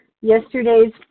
yesterday's